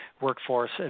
workforce